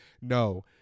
No